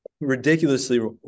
Ridiculously